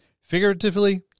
Figuratively